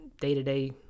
day-to-day